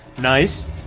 Nice